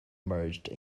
merged